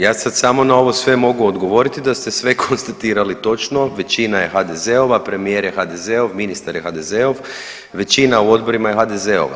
Ja sad samo na ovo sve mogu odgovoriti da ste sve konstatirali točno, većina je HDZ-ova, premijer je HDZ-ov, ministar je HDZ-ov, većina u odborima je HDZ-ova.